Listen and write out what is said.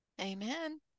Amen